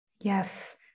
Yes